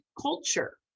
culture